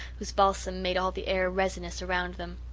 whose balsam made all the air resinous around them.